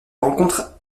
rencontre